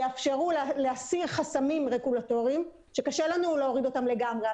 יאפשרו להסיר חסמים רגולטוריים שקשה לנו להוריד אותם לגמרי,